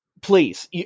Please